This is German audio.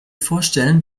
vorstellen